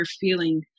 feeling